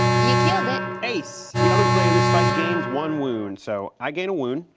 ya killed it. ace, the other player in this fight gains one wound, so i gain a wound,